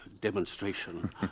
demonstration